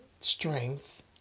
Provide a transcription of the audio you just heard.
strength